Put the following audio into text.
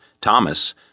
Thomas